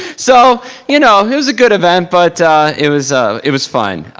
so you know it was a good event but it was ah it was fun.